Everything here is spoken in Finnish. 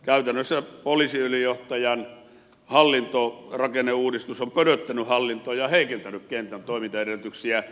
käytännössä poliisiylijohtajan hallintorakenneuudistus on pönöttänyt hallintoa ja heikentänyt kentän toimintaedellytyksiä